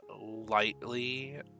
lightly